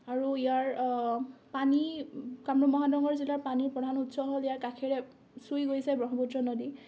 আৰু ইয়াৰ পানী কামৰূপ মহানগৰ জিলাৰ পানীৰ প্ৰধান মূল উৎস হ'ল ইয়াৰ কাষেৰেই চুই গৈছে ব্ৰহ্মপুত্ৰ নদী